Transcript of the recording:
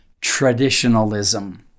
traditionalism